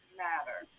matter